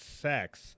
sex